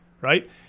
right